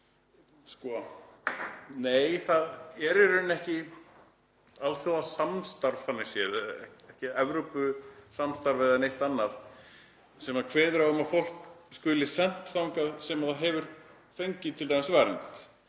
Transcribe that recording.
okkur. Nei, það er í rauninni ekki alþjóðasamstarf þannig séð, ekki Evrópusamstarf eða neitt annað sem kveður á um að fólk skuli sent þangað sem það hefur fengið t.d. vernd.